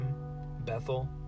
Bethel